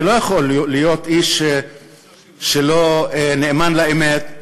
אני לא יכול להיות איש שלא נאמן לאמת.